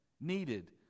needed